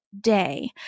day